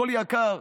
הכול יקר.